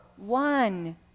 One